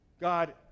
God